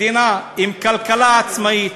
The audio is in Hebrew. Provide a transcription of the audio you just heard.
מדינה עם כלכלה עצמאית,